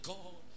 God